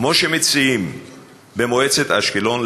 כמו שמציעים במועצת אשקלון,